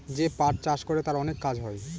যে পাট চাষ করে তার অনেক কাজ হয়